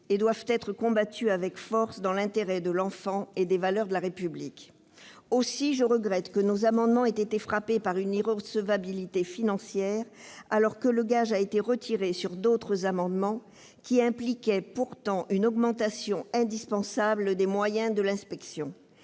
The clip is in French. et doivent être combattues avec force, dans l'intérêt de l'enfant et de la défense des valeurs de la République. Je regrette donc que nos amendements aient été frappés d'irrecevabilité financière alors que le gage a été levé sur d'autres amendements impliquant pourtant une augmentation indispensable des moyens de l'inspection